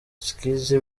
skizzy